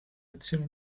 azioni